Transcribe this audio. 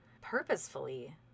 purposefully